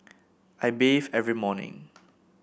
I bathe every morning